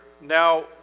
Now